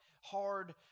hard